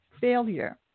failure